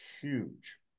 Huge